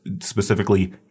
specifically